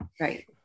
Right